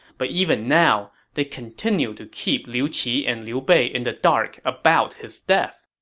but even now, they continued to keep liu qi and liu bei in the dark about his death